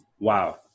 Wow